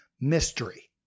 mystery